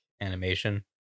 animation